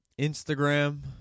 Instagram